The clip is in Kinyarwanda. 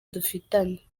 dufitanye